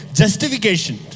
justification